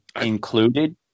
included